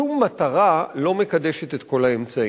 שום מטרה לא מקדשת את כל האמצעים.